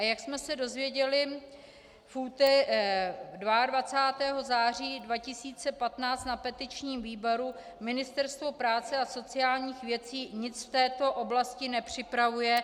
Jak jsme se dozvěděli 22. září 2015 na petičním výboru, Ministerstvo práce a sociálních věcí nic v této oblasti nepřipravuje.